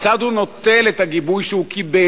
כיצד הוא נוטל את הגיבוי שהוא קיבל,